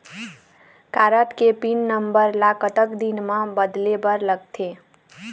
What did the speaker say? Card के PIN number ला कतक दिन म बदले बर लगथे?